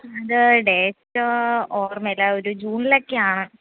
അത് ഡേറ്റ് ഓർമയില്ല ഒരു ജൂണിലൊക്കെയാണ്